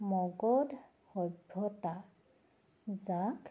মগধ সভ্যতা যাক